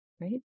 right